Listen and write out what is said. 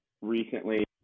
recently